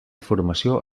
formació